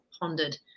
pondered